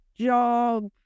job